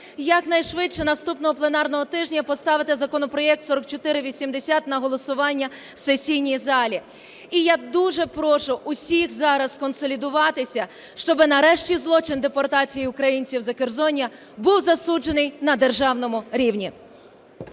якнайшвидше наступного пленарного тижня поставити законопроект 4480 на голосування в сесійній залі. І я дуже прошу всіх зараз сконсолідуватися, щоб нарешті злочин депортації українців Закерзоння був засуджений на державному рівні.